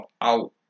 out